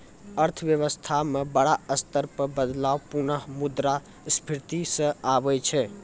अर्थव्यवस्था म बड़ा स्तर पर बदलाव पुनः मुद्रा स्फीती स आबै छै